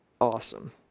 awesome